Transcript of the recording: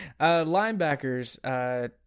Linebackers